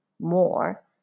more